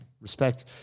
Respect